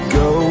go